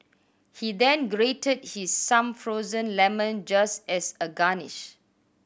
he then grated his some frozen lemon just as a garnish